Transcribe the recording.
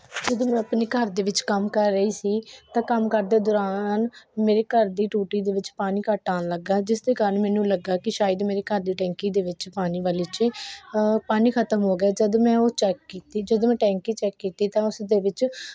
ਜਦੋਂ ਮੈਂ ਆਪਣੇ ਘਰ ਦੇ ਵਿੱਚ ਕੰਮ ਕਰ ਰਹੀ ਸੀ ਤਾਂ ਕੰਮ ਕਰਦੇ ਦੌਰਾਨ ਮੇਰੇ ਘਰ ਦੀ ਟੂਟੀ ਦੇ ਵਿੱਚ ਪਾਣੀ ਘੱਟ ਆਉਣ ਲੱਗਾ ਜਿਸ ਦੇ ਕਾਰਨ ਮੈਨੂੰ ਲੱਗਾ ਕਿ ਸ਼ਾਇਦ ਮੇਰੇ ਘਰ ਦੀ ਟੈਂਕੀ ਦੇ ਵਿੱਚ ਪਾਣੀ ਵਾਲੀ 'ਚ ਪਾਣੀ ਖਤਮ ਹੋ ਗਿਆ ਜਦ ਮੈਂ ਉਹ ਚੈੱਕ ਕੀਤੀ ਜਦੋਂ ਮੈਂ ਟੈਂਕੀ ਚੈੱਕ ਕੀਤੀ ਤਾਂ ਉਸ ਦੇ ਵਿੱਚ